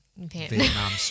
Vietnam